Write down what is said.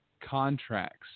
contracts